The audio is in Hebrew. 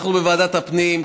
אנחנו בוועדת הפנים,